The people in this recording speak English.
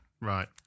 right